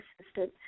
assistant